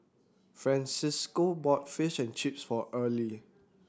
Francesco bought Fish and Chips for Earle